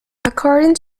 according